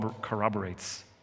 corroborates